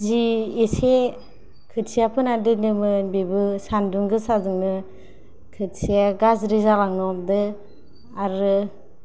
जि एसे खोथिया फोनानै दोनदोंमोन बेबो सानदुं गोसाजोंनो खोथियाआ गार्जि जालांनो हमदों आरो